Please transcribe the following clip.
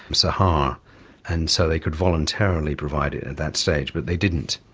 sahar, ah and so they could voluntarily provide it at that stage. but they didn't.